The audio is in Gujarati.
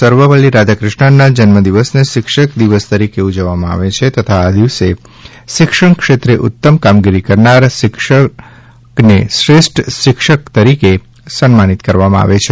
સર્વપલ્લી રાધાકૃષ્ણનના જન્મદિવસને શિક્ષક દિવસ તરીકે ઉજવવામાં આવે છે તથા આ દિવસે શિક્ષણક્ષેત્રે ઉત્તમ કામગીરી કરનાર શિક્ષણને શ્રેષ્ઠ શિક્ષક તરીકે સન્માનિત કરવામાં આવે છે